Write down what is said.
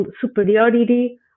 superiority